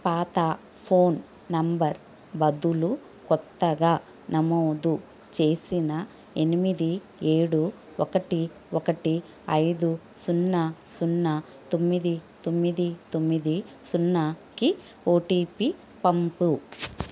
పాత phone number బదులు క్రొత్తగా నమోదు చేసిన ఎనిమిది ఏడు ఒకటి ఒకటి అయిదు సున్నా సున్నా తొమ్మిది తొమ్మిది తొమ్మిది సున్నాకి ఓటీపీ పంపుము